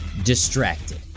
distracted